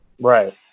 Right